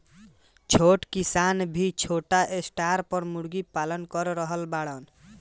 छोट किसान भी छोटा स्टार पर मुर्गी पालन कर रहल बाड़न